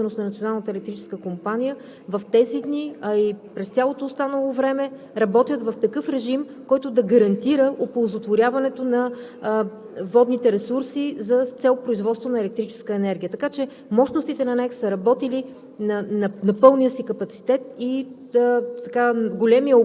съответно всички мощности, всички водноелектрически централи, собственост на Националната електрическа компания, в тези дни, а и през цялото останало време работят в такъв режим, който да гарантира оползотворяването на водните ресурси с цел производство на електрическа енергия. Така че мощностите на НЕК са работили